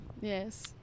yes